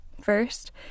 First